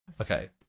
okay